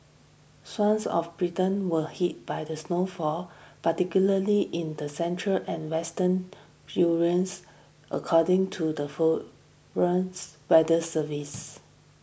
swathes of Britain were hit by the snowfall particularly in the central and western according to the forums weather service